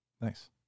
Nice